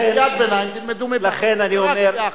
קריאת ביניים, תלמדו: קריאה אחת,